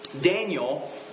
Daniel